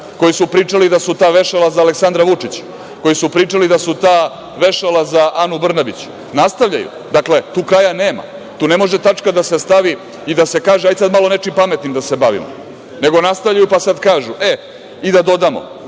koji su pričali da su ta vešala za Aleksandra Vučića, koji su pričali da su ta vešala za Anu Brnabić, nastavljaju, tu kraja nema, tu ne može tačka da se stavi i da se kaže – hajde sad malo nečim pametnim da se bavimo, nego nastavljaju, pa sad kažu – e, i da dodamo